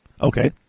Okay